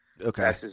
Okay